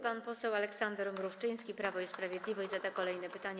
Pan poseł Aleksander Mrówczyński, Prawo i Sprawiedliwość, zada kolejne pytanie.